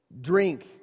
drink